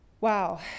wow